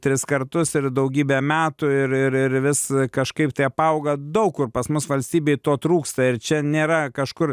tris kartus ir daugybę metų ir ir ir vis kažkaip tai apauga daug kur pas mus valstybėj to trūksta ir čia nėra kažkur